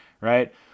right